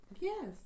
Yes